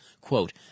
quote